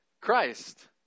Christ